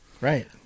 Right